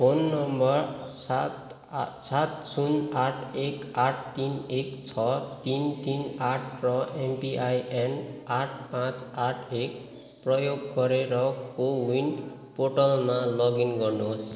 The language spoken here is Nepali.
फोन नम्बर सात सात शून्य आठ एक आठ तिन एक छ तिन तिन आठ र एमपिआइएन आठ पाँच आठ एक प्रयोग गरेर कोविन पोर्टलमा लगइन गर्नुहोस्